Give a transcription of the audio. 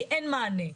כי אין מענה.